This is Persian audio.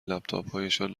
لپتاپهایشان